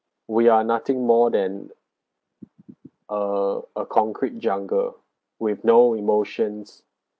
we are nothing more than uh a concrete jungle with no emotions